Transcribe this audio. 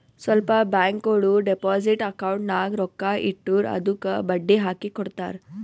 ಸ್ವಲ್ಪ ಬ್ಯಾಂಕ್ಗೋಳು deposit account ನಾಗ್ ರೊಕ್ಕಾ ಇಟ್ಟುರ್ ಅದ್ದುಕ ಬಡ್ಡಿ ಹಾಕಿ ಕೊಡ್ತಾರ್